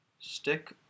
stick